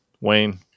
Wayne